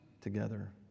together